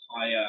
higher